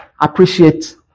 appreciate